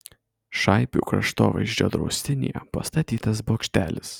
šaipių kraštovaizdžio draustinyje pastatytas bokštelis